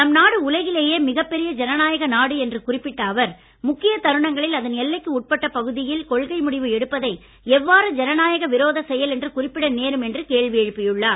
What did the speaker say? நம் நாடு உலகிலேயே மிகப் பெரிய ஜனநாயக நாடு என்று குறிப்பிட்ட அவர் முக்கியத் தருணங்களில் அதன் எல்லைக்குட்பட்ட பகுதியில் கொள்கை முடிவு எடுப்பதை எவ்வாறு ஜனநாயக விரோத செயல் என்று குறிப்பிட நேரும் என்று அவர் கேள்வி எழுப்பியுள்ளார்